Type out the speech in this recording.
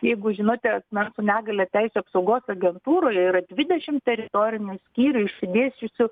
jeigu žinote mes su negalia teisių apsaugos agentūroje yra dvidešimt teritorinių skyrių išsidėsčiusių